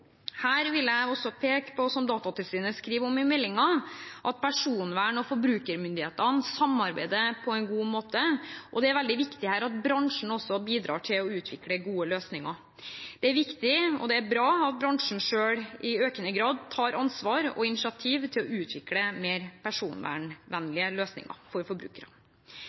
Her vil jeg peke på, som Datatilsynet skriver i meldingen, at personvern- og forbrukermyndighetene samarbeider på en god måte. Det er veldig viktig at bransjen også bidrar til å utvikle gode løsninger. Det er viktig og bra at bransjen selv i økende grad tar ansvar og initiativ til å utvikle mer personvernvennlige løsninger for